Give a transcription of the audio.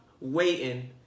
waiting